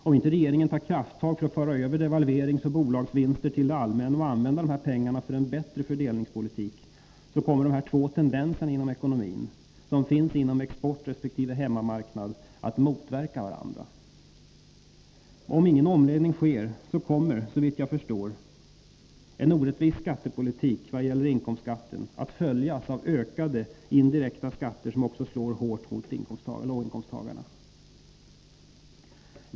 Om inte regeringen tar krafttag för att föra över devalveringsoch bolagsvinster till det allmänna och använda dessa pengar för en bättre fördelningspolitik, kommer dessa två tendenser inom ekonomin som finns inom exporten resp. hemmamarknaden att motverka varandra. Om ingen omläggning sker, kommer, såvitt jag förstår, en orättvis skattepolitik i vad gäller inkomstskatten att följas av ökade indirekta skatter som också slår hårt mot låginkomsttagarna.